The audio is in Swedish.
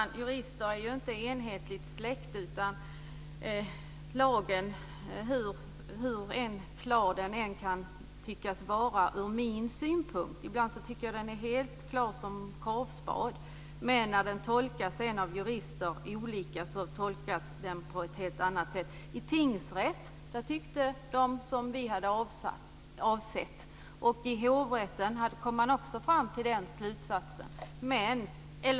Herr talman! Jurister är ju inte ett enhetligt släkte. Hur klar lagen än kan tyckas vara - ibland tycker jag att den är helt klar som korvspad - så tolkas den av olika jurister på ett helt annat sätt. I tingsrätten tyckte man på det sätt som vi hade avsett. I hovrätten kom man också fram till samma slutsats.